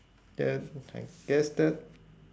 then I guess that